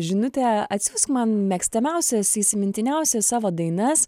žinutę atsiųsk man mėgstamiausias įsimintiniausias savo dainas